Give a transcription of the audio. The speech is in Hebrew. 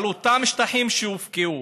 על אותם שטחים שהופקעו,